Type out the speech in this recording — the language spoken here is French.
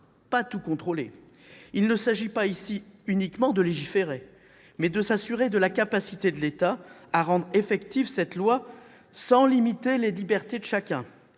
plus tout contrôler. Il s'agit ici non pas uniquement de légiférer, mais de s'assurer de la capacité de l'État à rendre effective cette loi, sans limiter les libertés de chacun.